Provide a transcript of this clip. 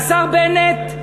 והשר בנט,